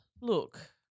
look